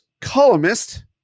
columnist